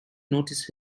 notice